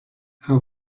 how